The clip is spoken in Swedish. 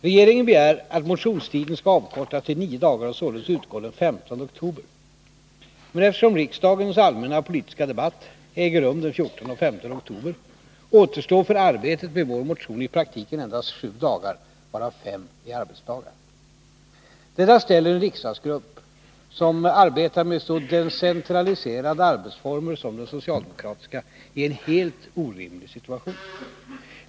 Regeringen begär att motionstiden skall avkortas till nio dagar och således utgå den 15 oktober. Men eftersom riksdagens allmänna politiska debatt äger rum den 14 och 15 oktober, återstår för arbetet med vår motion i praktiken endast sju dagar, varav fem är arbetsdagar. Detta ställer en riksdagsgrupp som arbetar med så decentraliserade arbetsformer som den socialdemokratiska i en helt orimlig situation.